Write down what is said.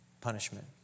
punishment